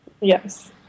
Yes